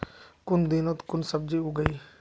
कुन दिनोत कुन सब्जी उगेई?